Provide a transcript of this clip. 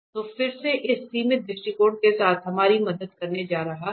तो फिर से इस सीमित दृष्टिकोण के साथ हमारी मदद करने जा रहा है